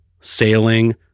sailing